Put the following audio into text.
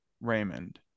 Raymond